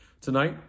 tonight